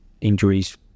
injuries